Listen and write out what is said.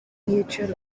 neutral